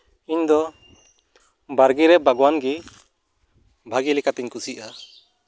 ᱤᱧ ᱫᱚ ᱵᱟᱲᱜᱮ ᱨᱮ ᱵᱟᱜᱽᱣᱟᱱ ᱜᱮ ᱵᱷᱟᱜᱮ ᱞᱮᱠᱟᱛᱮᱧ ᱠᱩᱥᱤᱭᱟᱜᱼᱟ